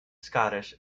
scottish